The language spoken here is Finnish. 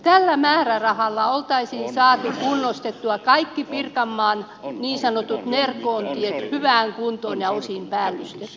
tällä määrärahalla olisi saatu kunnostettua kaikki pirkanmaan niin sanotut nerkoontiet hyvään kuntoon ja osin päällystettyä